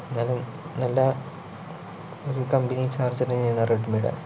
എന്തായാലും നല്ല ഒരു കമ്പനി ചാർജ്ജർ തന്നെയാണ് റെഡ്മിടെ